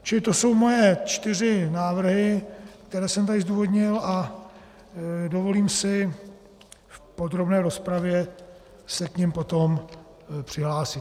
Čili to jsou moje čtyři návrhy, které jsem tady zdůvodnil, a dovolím si v podrobné rozpravě se k nim potom přihlásit.